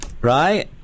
right